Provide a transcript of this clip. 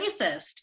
racist